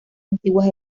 antiguas